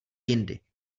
jindy